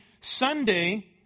Sunday